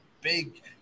big